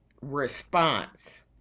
response